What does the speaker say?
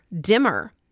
dimmer